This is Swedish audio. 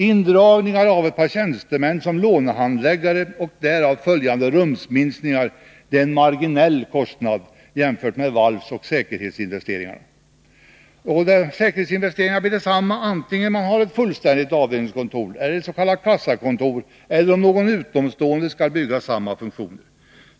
Indragningar av ett par tjänstemän som lånehandläggare och därav följande rumsminskningar är en marginell kostnad jämfört med valvsoch säkerhetsinvesteringar. Och säkerhetsinvesteringarna blir desamma oavsett om man har ett fullständigt avdelningskontor eller ett s.k. kassakontor eller om någon utomstående skall bygga samma funktioner.